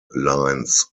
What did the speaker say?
lines